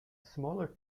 smaller